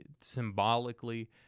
symbolically